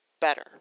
better